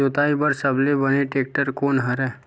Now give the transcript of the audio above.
जोताई बर सबले बने टेक्टर कोन हरे?